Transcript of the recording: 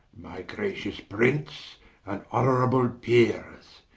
my gracious prince, and honorable peeres,